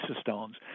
stones